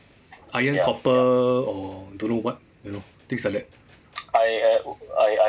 iron copper or don't know what you know things like that